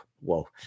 whoa